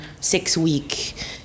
six-week